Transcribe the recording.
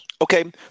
Okay